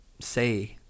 say